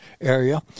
area